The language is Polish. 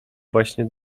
właśnie